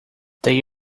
they